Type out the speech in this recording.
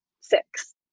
six